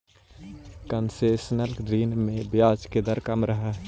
concessional ऋण में ब्याज दर कम रहऽ हइ